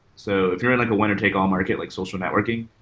so if you're in like a winner-take-all market, like social networking,